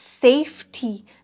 safety